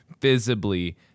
visibly